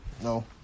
No